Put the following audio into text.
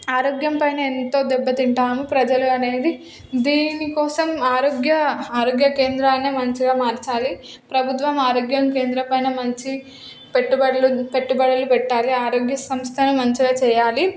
ఆరోగ్యం పైన ఎంతో దెబ్బ తింటాను ప్రజలు అనేది దీనికోసం ఆరోగ్య ఆరోగ్య కేంద్రాన్ని మంచిగా మార్చాలి ప్రభుత్వం ఆరోగ్యం కేంద్రం పైన మంచి పెట్టుబడులు పెట్టుబడులు పెట్టాలి ఆరోగ్య సంస్థని మంచిగా చేయాలి